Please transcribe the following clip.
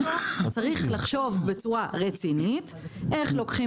צריך לחשוב בצורה רצינית איך לוקחים